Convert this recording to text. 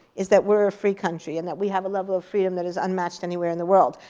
is that we're a free country, and that we have a level of freedom that is unmatched anywhere in the world.